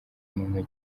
muntu